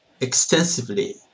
extensively